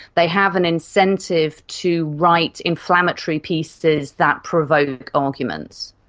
they have an incentive to write inflammatory pieces that provoke arguments.